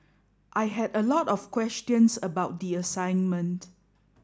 I had a lot of questions about the assignment